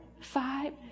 five